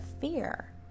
fear